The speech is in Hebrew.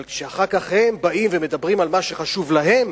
אבל כשאחר כך הם באים ומדברים על מה שחשוב להם